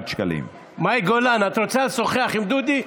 מאי גולן, את רוצה לשוחח עם דודי?